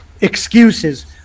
excuses